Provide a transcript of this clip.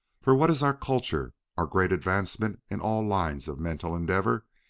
for what is our kultur, our great advancement in all lines of mental endeavor,